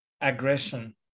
aggression